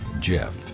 Jeff